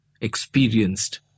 experienced